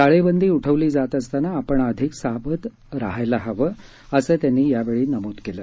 टाळेबंदी उठवली जात असताना आपण अधिक सावध रहायला हवं असं त्यांनी यावेळी नमूद केलं